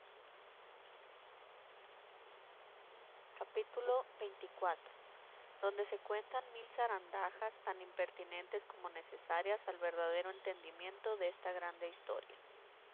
capítulo xxiv donde se cuentan mil zarandajas tan impertinentes como necesarias al verdadero entendimiento desta grande historia